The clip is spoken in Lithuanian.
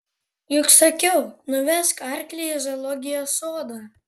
juk sakiau nuvesk arklį į zoologijos sodą